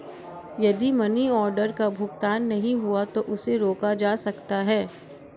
यदि money order का भुगतान नहीं हुआ है तो उसे रोका जा सकता है